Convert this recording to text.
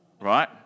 Right